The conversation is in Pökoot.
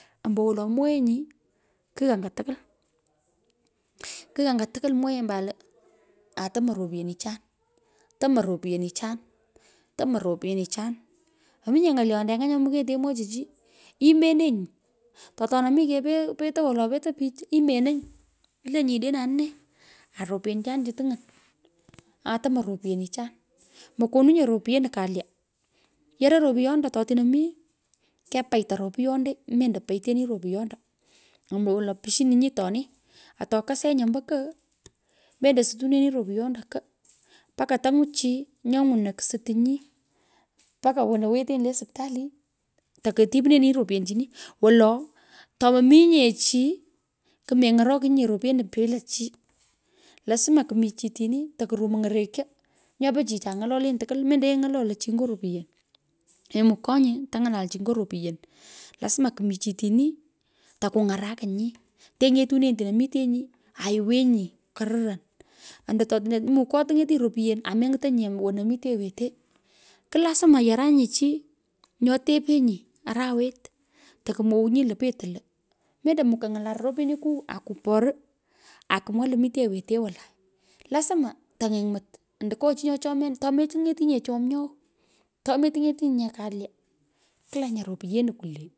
Ombowolo mwonenyi kigh anga tukwul kigh anyu tukwul mwoenyi pat lo “ aa tomo ropyenichan tomo ropyenichan. tomo ropyenichan” mominye ny’olyopnde anyu nyo mukenyi te mwochi chi. imenenhyi. to atona mi kepetoi wolo petei pich imenenyi ilenyi indenanin nee aa ropyenichan cho tuny’on aa tomo ropyenichan. mokununye ropyeno kalya. yoroi ropyonfdo to chipo mi. kepaita ropyonde. mendo paideninyi ropyondo. ombowolo pushininyi atoni kusenyi ombo koo. mendo sutononenyi ropyondo koo. mpaka takungwin chi nyo ngwnoi mbaka wono wetenyile siptai teketipneninyi ropyenichi. Ato mominye chi. kumeny’okonyi nye bila chi lasma kumi chi oyini. takurumu ny’orekyo nyopo chichai ny’ololenyi turwol mendo ye ny’ololoi chi nyo ropyen memokenye tong’alan chi nyo ropiyen. Lasma kumi chi otini takung’arakinyi, tenyetunenyi tino mitenyi aiwenyi karuran. abdo ato tino mukoi tuny’etinyi ropyen amenyutonyinye wono mitenyi wete ka lazima yuronyi chi nyo tepenyi arawet. tukumwounyi lo petei lo mendo mukoi ny’alan ropyeniku akuporu akumwaa lo mitenyi wete walai. lazima ptangenymot ando nyo chi nyo chemyonokwa tometinyetinye chomyoi tometing’etinye kalya kulenye ropyenu kwulee.